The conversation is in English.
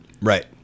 Right